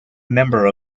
member